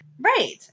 Right